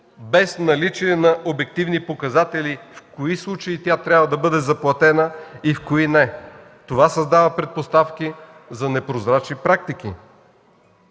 без наличие на обективни показатели в кои случаи тя трябва да бъде заплатена и в кои не. Това създава предпоставки за непрозрачни практики.